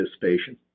participation